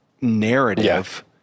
narrative